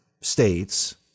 states